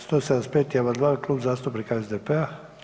175 amandman Klub zastupnika SDP-a.